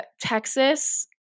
Texas